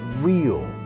real